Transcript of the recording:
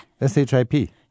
S-H-I-P